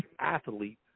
athlete